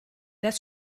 das